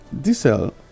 diesel